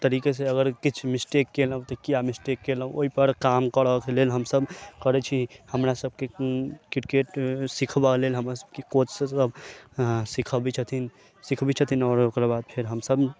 तरीके से अगर किछु मिसटेक केलहुॅं तऽ किया मिसटेक केलहुॅं तऽ ओहि पर काम करऽ के लेल हमसब करै छी हमरा सबके क्रिकेट सीखबऽ लेल हमरा सबके कोच सब सीखबै छथिन आओर ओकर बाद फेर हमसब